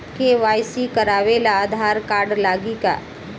KYC करावे ला Aadhaar card लागी का?